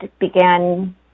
began